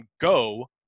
Go